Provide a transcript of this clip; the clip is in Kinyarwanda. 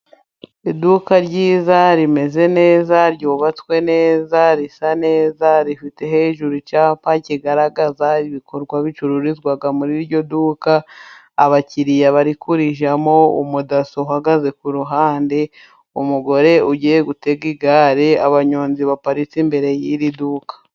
Iduka ryiza, rimeze neza, ryubatswe neza, risa neza, rifite hejuru icyapa kigaragaza ibikorwa bicururizwa muri iryo duka, abakiriya bari kurijyamo, umudaso uhagaze ku ruhande, umugore ugiye gutega igare, abanyonzi baparitse imbere y'iri duka.